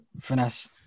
Finesse